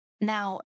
Now